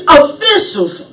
officials